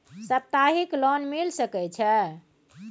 सप्ताहिक लोन मिल सके छै?